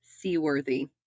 seaworthy